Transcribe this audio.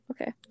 Okay